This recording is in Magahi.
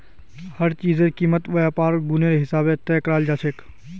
हर चीजेर कीमत वहार गुनेर हिसाबे तय कराल जाछेक